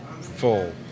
full